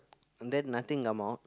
and then nothing come out